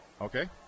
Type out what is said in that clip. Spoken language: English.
okay